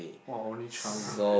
!wah! only child again